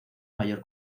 mayor